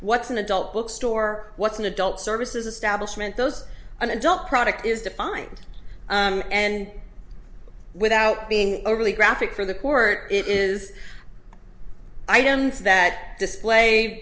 what's an adult bookstore what's an adult services establishment those an adult product is defined and without being overly graphic for the court it is items that display